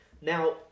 Now